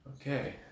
Okay